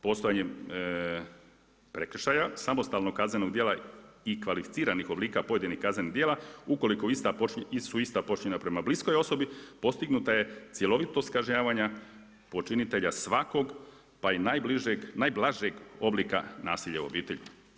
Postojanjem prekršaja samostalnog kaznenog djela i kvalificiranih oblika pojedinih kaznenih djela, ukoliko su ista počinjena prema bliskoj osobi, postignuta je cjelovitost kažnjavanja, počinitelja svakog, pa i najblažeg oblika nasilja u obitelji.